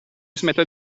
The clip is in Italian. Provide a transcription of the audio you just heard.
smettere